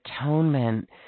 atonement